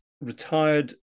retired